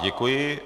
Děkuji.